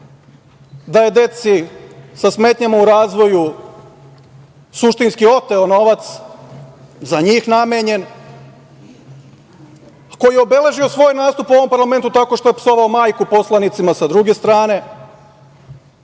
da je deci sa smetnjama u razvoju suštinski oteo novac za njih namenjen, koji je obeležio svoj nastup u ovom parlamentu tako što je psovao majku poslanicima sa druge strane.